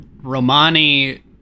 Romani